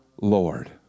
Lord